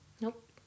Nope